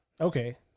Okay